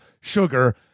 sugar